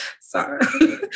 Sorry